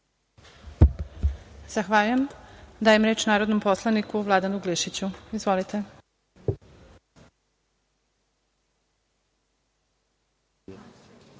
Zahvaljujem. Dajem reč narodnom poslaniku Vladanu Glišiću. Izvolite.